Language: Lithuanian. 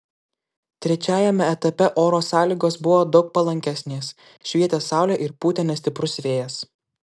trečiajame etape oro sąlygos buvo daug palankesnės švietė saulė ir pūtė nestiprus vėjas